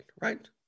right